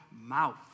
mouth